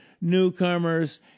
newcomers